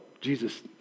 Jesus